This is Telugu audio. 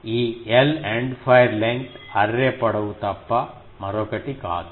ఈ L end fire length array పొడవు తప్ప మరొకటి కాదు